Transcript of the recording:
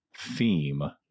theme